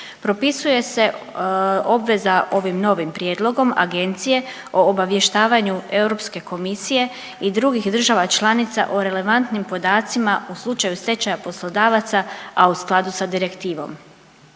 Propisuje se obveza ovim novim prijedlogom agencije o obavještavanju Europske komisije i drugih država članica o relevantnim podacima u slučaju stečaja poslodavaca, a u skladu s direktivom.